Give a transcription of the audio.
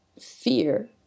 fear